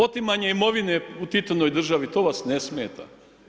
Otimanje imovine u Titinoj državi to vas ne smeta.